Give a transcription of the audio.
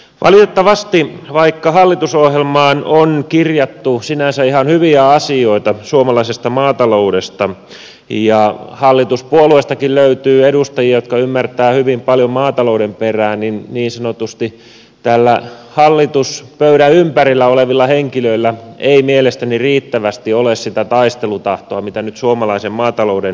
valitettavasti vaikka hallitusohjelmaan on kirjattu sinänsä ihan hyviä asioita suomalaisesta maataloudesta ja hallituspuolueistakin löytyy edustajia jotka ymmärtävät hyvin paljon maatalouden perään hallituspöydän ympärillä olevilla henkilöillä ei mielestäni riittävästi ole sitä taistelutahtoa mitä nyt suomalaisen maatalouden eteen tarvittaisiin